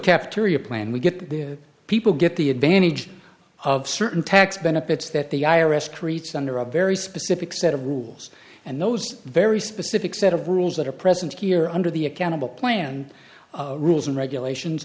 cafeteria plan we get the people get the advantage of certain tax benefits that the i r s creates under a very specific set of rules and those very specific set of rules that are present here under the accountable planned rules and regulations